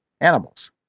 animals